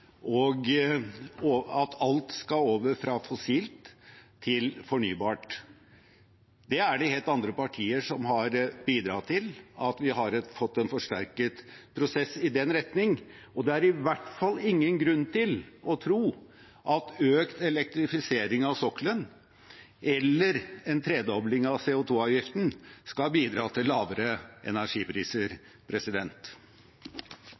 og at alt skal over fra fossilt til fornybart. Det er helt andre partier som har bidratt til at vi har fått en forsterket prosess i den retning, og det er i hvert fall ingen grunn til å tro at økt elektrifisering av sokkelen, eller en tredobling av CO2-avgiften, skal bidra til lavere